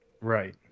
Right